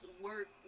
work